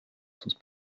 sus